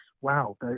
wow